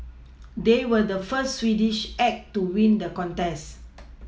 they were the first Swedish act to win the contest